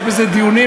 יש בזה דיונים,